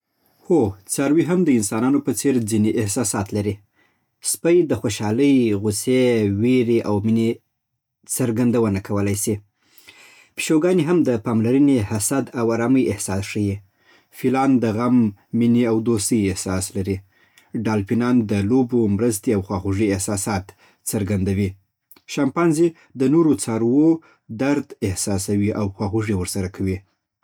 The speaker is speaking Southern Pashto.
هو، څاروي هم د انسانانو په څېر ځینې احساسات لري. سپي د خوشحالۍ، غوسې، ویرې او مینې څرګندونه کولی سي. پیشوګانې هم د پاملرنې، حسد او ارامۍ احساس ښيي. فیلان د غم، مینې او دوستۍ احساس لري. ډالفينان د لوبو، مرستې او خواخوږۍ احساسات څرګندوي. شامپانزي د نورو څاروو درد احساسوي او خواخوږي ورسره